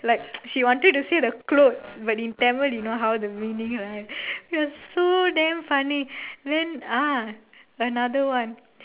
like she wanted to say the clothes but in Tamil you know how the meaning right it was so damn funny then ah another one